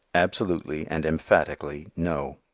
absolutely and emphatically no.